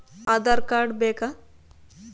Aadhaar card ಬೇಕಾ?